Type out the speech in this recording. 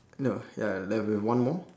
no uh that will be one more